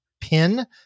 pin